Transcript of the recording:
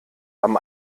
haben